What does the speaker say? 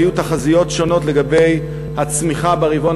היו תחזיות שונות לגבי הצמיחה ברבעון